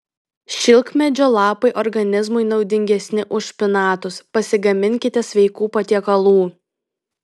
šilkmedžio lapai organizmui naudingesni už špinatus pasigaminkite sveikų patiekalų